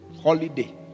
holiday